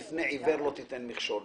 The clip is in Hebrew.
"בפני עיוור לא תיתן מכשול".